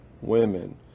women